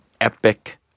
epic